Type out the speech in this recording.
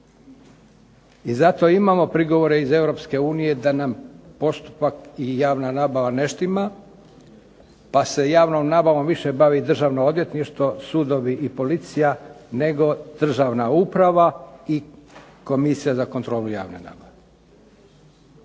I zato imamo prigovore iz Europske unije da nam postupak i javna nabava ne štima, pa se javnom nabavom više bavi državno odvjetništvo, sudovi i policija, nego državna uprava, i Komisija za kontrolu javne nabave.